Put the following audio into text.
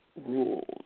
rules